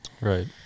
Right